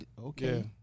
okay